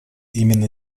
именно